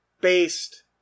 based